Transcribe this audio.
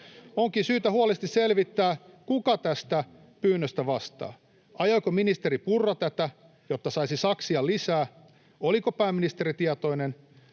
Onkin syytä huolellisesti selvittää, kuka tästä pyynnöstä vastaa. Ajoiko ministeri Purra tätä, jotta saisi saksia lisää? Oliko pääministeri tietoinen?